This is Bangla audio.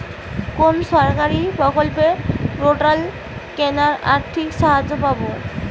কোন সরকারী প্রকল্পে রোটার কেনার আর্থিক সাহায্য পাব?